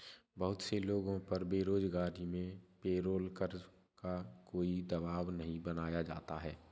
बहुत से लोगों पर बेरोजगारी में पेरोल कर का कोई दवाब नहीं बनाया जाता है